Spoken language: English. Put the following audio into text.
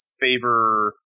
favor